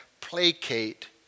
placate